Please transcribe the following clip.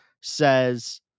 says